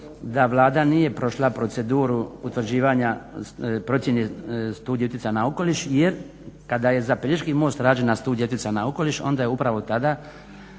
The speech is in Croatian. da Vlada nije prošla proceduru utvrđivanja procjene Studija utjecaja na okoliš jer kada je za Pelješki most rađena Studija utjecaja na okoliš onda je upravo tada